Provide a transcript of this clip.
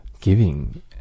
giving